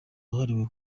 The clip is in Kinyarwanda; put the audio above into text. wahariwe